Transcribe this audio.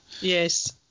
Yes